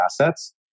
assets